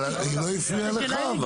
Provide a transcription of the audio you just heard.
אבל היא לא הפריע לך,